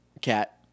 Cat